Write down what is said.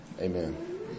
Amen